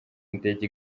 indege